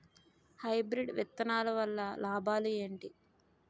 Hybrid విత్తనాలు వల్ల లాభాలు ఏంటి?